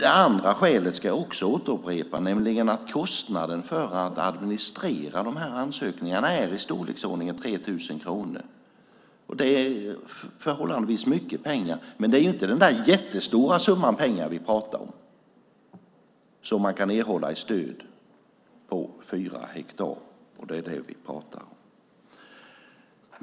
Ett annat skäl som jag också vill upprepa är att kostnaden för att administrera dessa ansökningar är i storleksordningen 3 000 kronor. Det är förhållandevis mycket pengar, men det är inte den där jättestora summa pengar vi pratar om som man kan erhålla i stöd på 4 hektar. Det är det vi pratar om.